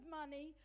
money